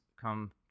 come